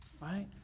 Right